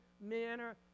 manner